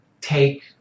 take